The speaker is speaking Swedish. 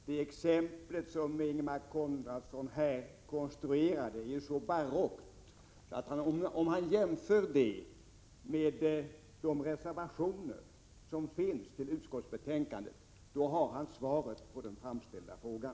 Herr talman! Det exempel som Ingemar Konradsson konstruerar är barockt. Om han läser de reservationer som finns vid betänkandet får han svar på den framställda frågan.